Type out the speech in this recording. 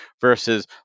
versus